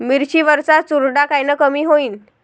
मिरची वरचा चुरडा कायनं कमी होईन?